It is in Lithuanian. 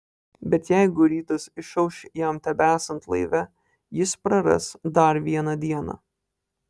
bet jeigu rytas išauš jam tebesant laive jis praras dar vieną dieną